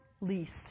least